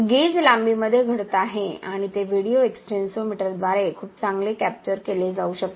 gauge लांबीमध्ये घडत आहे आणि ते व्हिडिओ एक्सटेन्सोमीटरद्वारे खूप चांगले कॅप्चर केले जाऊ शकते